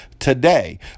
Today